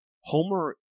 Homer